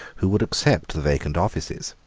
who would accept the vacant offices.